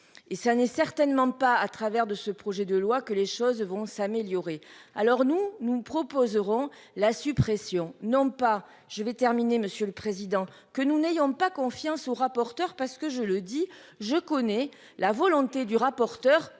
et ça n'est certainement pas à travers de ce projet de loi que les choses vont s'améliorer. Alors nous, nous proposerons la suppression non pas je vais terminer Monsieur le Président que nous n'ayons pas confiance au rapporteur parce que je le dis, je connais la volonté du rapporteur